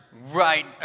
right